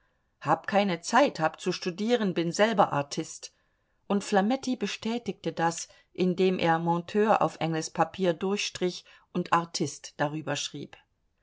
hab keine zeit hab zu studieren bin selber artist und flametti bestätigte das indem er monteur auf engels papier durchstrich und artist